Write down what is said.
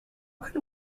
can